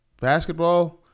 Basketball